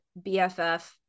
bff